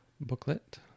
booklet